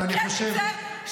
קרמניצר,